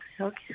okay